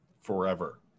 Forever